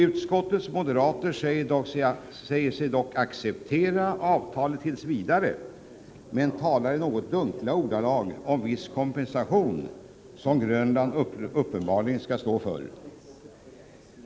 Utskottets moderater säger sig dock tills vidare acceptera avtalet, men talar i något dunkla ordalag om viss kompensation, som Grönland uppenbarligen skall stå för.